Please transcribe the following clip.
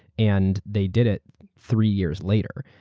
and they did it three years later.